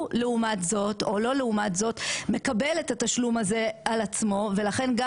לעומת זאת - או לא לעומת זאת מקבל את התשלום הזה על עצמו ולכן גם